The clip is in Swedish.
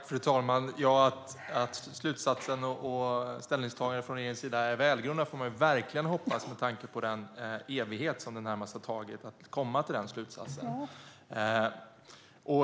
Fru talman! Att slutsatsen och ställningstagandet från regeringens sida är välgrundade får man verkligen hoppas med tanke på den evighet som det har tagit att komma fram till denna slutsats.